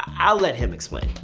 i'll let him explain.